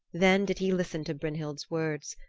then did he listen to brynhild's words.